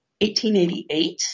1888